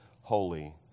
holy